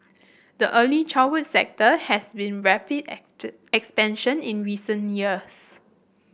the early childhood sector has seen rapid expansion in recent years